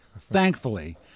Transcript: thankfully